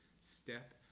step